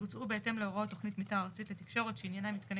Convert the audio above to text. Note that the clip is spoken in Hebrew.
יבוצעו בהתאם להוראות תכנית מיתאר ארצית לתקשורת שעניינה מיתקני